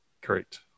Correct